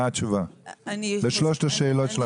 מה התשובה לשלוש השאלות של הח"כים.